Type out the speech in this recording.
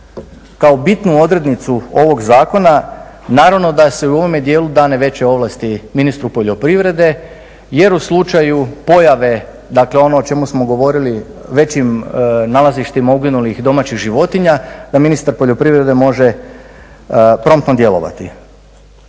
kao bitnu odrednicu ovog zakona, naravno da se i u ovome dijelu dane veće ovlasti ministru poljoprivrede jer u slučaju pojave, dakle ono o čemu smo govorili, većim nalazištima uginulih domaćih životinja da ministar poljoprivrede može promptno djelovati.